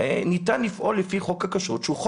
ניתן לפעול לפי חוק הכשרות כדי לטפל בנושא הזה,